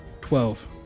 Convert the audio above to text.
Twelve